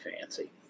fancy